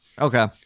Okay